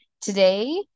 Today